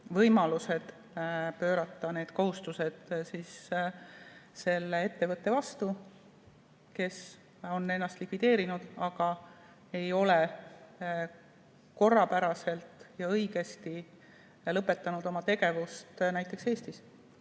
võimalused pöörata need kohustused selle ettevõtte vastu, kes on ennast likvideerinud, aga ei ole korrapäraselt ja õigesti lõpetanud oma tegevust näiteks Eestis.